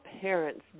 parents